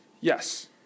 Yes